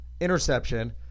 Interception